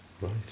Right